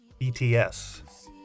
BTS